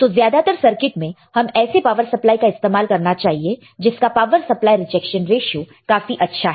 तो ज्यादातर सर्किट में हमें ऐसे पावर सप्लाई का इस्तेमाल करना चाहिए जिसका पावर सप्लाई रिजेक्शन रेश्यो काफी अच्छा है